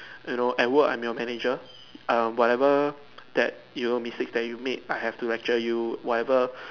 you know at work I am your manager err whatever that you mistakes that you made I have to lecture you whatever